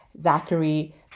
Zachary